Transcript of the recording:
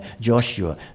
Joshua